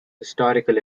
historical